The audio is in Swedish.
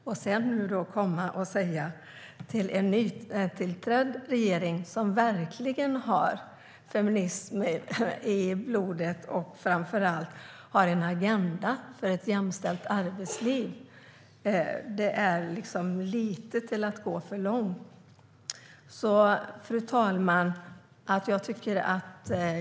Att nu komma och säga till en nytillträdd regering, som verkligen har feminism i blodet och framför allt har en agenda för ett jämställt arbetsliv, är att gå lite för långt. Fru talman!